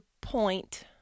point